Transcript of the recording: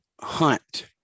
hunt